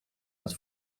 dat